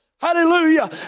Hallelujah